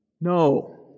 No